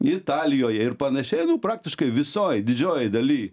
italijoje ir panašiai praktiškai visoj didžiojoj daly